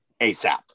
ASAP